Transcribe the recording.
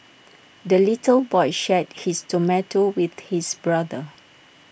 the little boy shared his tomato with his brother